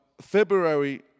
February